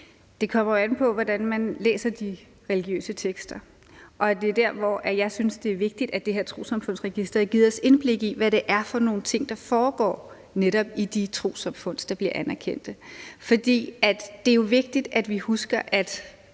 Det kommer jo an på, hvordan man læser de religiøse tekster. Og det er der, hvor jeg synes, det er vigtigt, at det her Trossamfundssregister har givet os indblik i, hvad det er for nogle ting, der foregår netop i de trossamfund, der bliver anerkendt. For det er jo vigtigt, at vi husker –